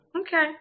okay